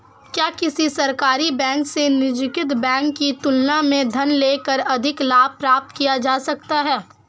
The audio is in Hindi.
क्या किसी सरकारी बैंक से निजीकृत बैंक की तुलना में ऋण लेकर अधिक लाभ प्राप्त किया जा सकता है?